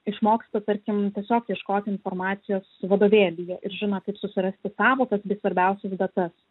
išmoksta tarkim tiesiog ieškoti informacijos vadovėlyje ir žino kaip susirasti sąvokas bei svarbiausias datas